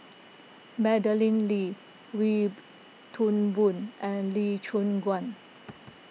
Madeleine Lee Wee Toon Boon and Lee Choon Guan